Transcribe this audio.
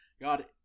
God